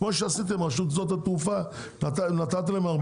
כמו שעשיתם עם רשות שדות התעופה נתתם להם